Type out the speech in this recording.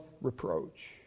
reproach